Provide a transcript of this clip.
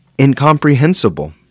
incomprehensible